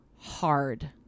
hard